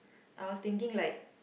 I was thinking like